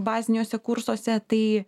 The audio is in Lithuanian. baziniuose kursuose tai